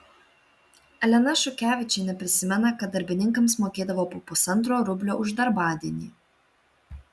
elena šukevičienė prisimena kad darbininkams mokėdavo po pusantro rublio už darbadienį